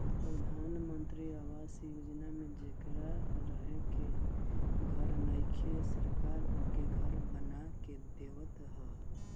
प्रधान मंत्री आवास योजना में जेकरा रहे के घर नइखे सरकार ओके घर बना के देवत ह